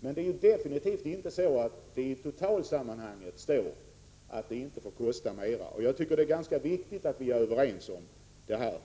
Men det gäller definitivt inte totalt sett. Jag tycker att det är ganska viktigt att vi är överens i det avseendet.